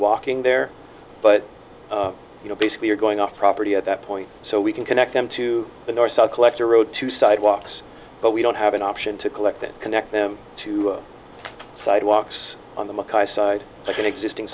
walking there but you know basically you're going off property at that point so we can connect them to the north south collector road to sidewalks but we don't have an option to collect and connect them to sidewalks on the makai side like an existing